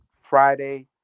Friday